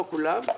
לא כולם,